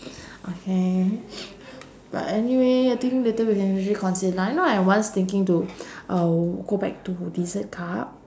okay but anyway I think later we can us~ consi~ lah you know once thinking to uh go back to dessert cup